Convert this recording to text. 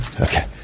Okay